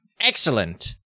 excellent